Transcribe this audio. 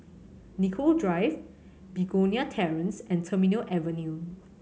Nicoll Drive Begonia Terrace and Terminal Avenue